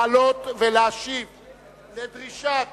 לעלות ולהשיב לפי דרישת